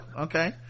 Okay